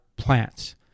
plants